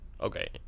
Okay